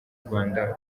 rwanda